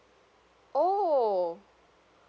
oh